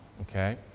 okay